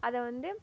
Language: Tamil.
அதை வந்து